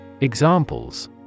Examples